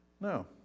No